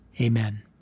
Amen